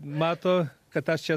mato kad aš čia